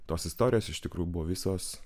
tos istorijos iš tikrųjų buvo visos